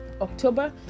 October